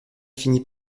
finit